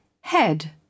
Head